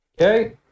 Okay